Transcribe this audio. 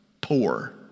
poor